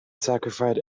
sacrificed